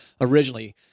originally